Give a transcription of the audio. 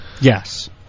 Yes